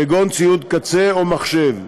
כגון ציוד קצה או מחשב.